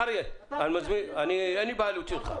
קרעי, אין לי בעיה להוציא אותך.